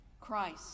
Christ